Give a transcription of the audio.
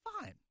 fine